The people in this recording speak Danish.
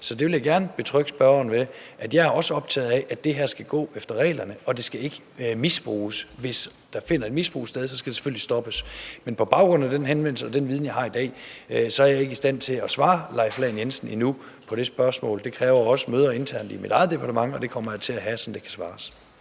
Så jeg vil gerne betrygge spørgeren ved at sige, at jeg også er optaget af, at det her skal gå efter reglerne, og at det ikke skal misbruges. Hvis der finder et misbrug sted, skal det selvfølgelig stoppes. Men på baggrund af den henvendelse og den viden, jeg har i dag, så er jeg endnu ikke i stand til at besvare hr. Leif Lahn Jensens spørgsmål. Det kræver også møder internt i mit eget departement, og det kommer jeg til at have, så der kan svares.